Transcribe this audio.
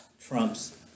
trumps